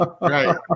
right